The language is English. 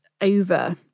over